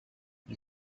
you